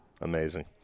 Amazing